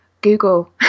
Google